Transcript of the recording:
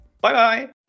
Bye-bye